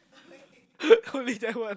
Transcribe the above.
only that one